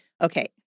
Okay